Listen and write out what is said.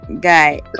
Guy